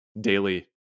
daily